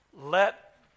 let